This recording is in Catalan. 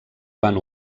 van